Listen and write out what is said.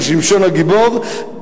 של שמשון הגיבור,